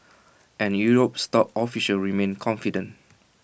and Europe's top officials remain confident